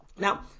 Now